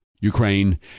Ukraine